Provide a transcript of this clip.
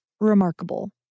remarkable